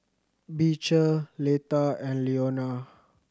Beecher Leta and Leona